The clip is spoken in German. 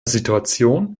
situation